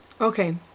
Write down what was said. Okay